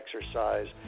exercise